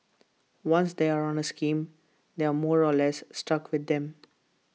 once they are on A scheme they are more or less stuck with them